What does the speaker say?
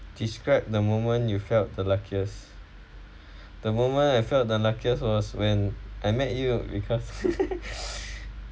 describe the moment you felt the luckiest the moment I felt the luckiest was when I met you because